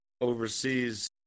overseas